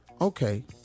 Okay